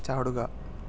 ചാടുക